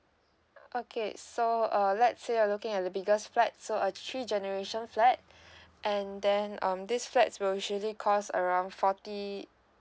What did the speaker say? okay so uh let's say you're looking at the biggest flat so uh three generation flat and then um this flat will usually cost around forty